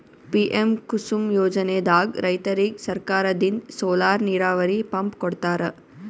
PM Kusum ಯೋಜನೆದಾಗ್ ರೈತರಿಗ್ ಸರ್ಕಾರದಿಂದ್ ಸೋಲಾರ್ ನೀರಾವರಿ ಪಂಪ್ ಕೊಡ್ತಾರ